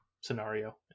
scenario